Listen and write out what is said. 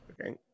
Okay